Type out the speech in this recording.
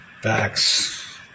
Facts